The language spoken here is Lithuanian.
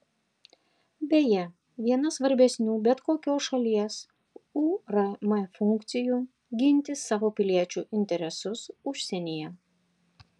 beje viena svarbesnių bet kokios šalies urm funkcijų ginti savo piliečių interesus užsienyje